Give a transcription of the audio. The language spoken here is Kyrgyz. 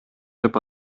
деп